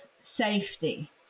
safety